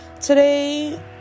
Today